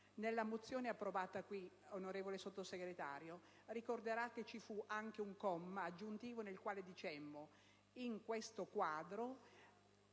Nella mozione approvata qui, signor Sottosegretario, ricorderà che ci fu anche un comma aggiuntivo nel quale dicemmo: in questo quadro